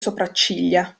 sopracciglia